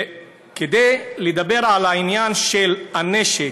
כדי לדבר על העניין של הנשק,